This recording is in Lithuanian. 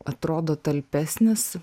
atrodo talpesnis